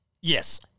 Yes